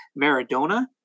Maradona